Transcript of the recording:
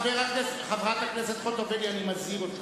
חברת הכנסת חוטובלי, אני מזהיר אותך.